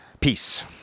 Peace